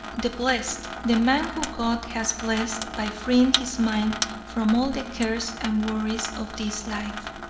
the blessed! the man whom god has blessed by freeing his mind from all the cares and worries of this life.